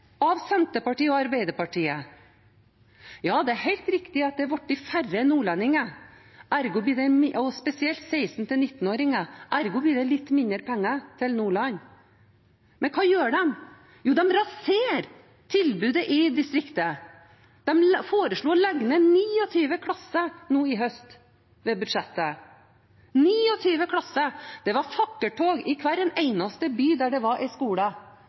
av Senterpartiet og Arbeiderpartiet? Ja, det er helt riktig at det har blitt færre nordlendinger, og spesielt 16–19-åringer, ergo blir det litt mindre penger til Nordland. Men hva gjør de? Jo, de raserer tilbudet i distriktet. De foreslo å legge ned 29 klasser nå i høst i budsjettet – 29 klasser! Det var fakkeltog i hver eneste by der det var en skole, for å beholde nettopp det tilbudet som er etablert for å matche det næringslivet etterspør i